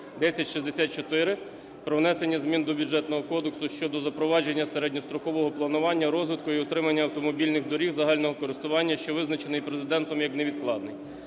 1064 про внесення змін до Бюджетного кодексу України щодо запровадження середньострокового планування розвитку і утримання автомобільних доріг загального користування, що визначений Президентом як невідкладний.